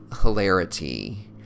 hilarity